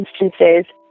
instances